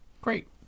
Great